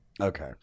Okay